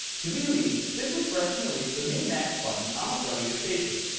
to view these, simply press and release the min max button on the front of your station.